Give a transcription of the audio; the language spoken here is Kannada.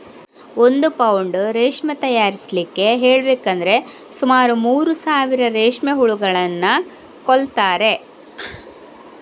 ಒಂದು ಪೌಂಡ್ ರೇಷ್ಮೆ ತಯಾರಿಸ್ಲಿಕ್ಕೆ ಹೇಳ್ಬೇಕಂದ್ರೆ ಸುಮಾರು ಮೂರು ಸಾವಿರ ರೇಷ್ಮೆ ಹುಳುಗಳನ್ನ ಕೊಲ್ತಾರೆ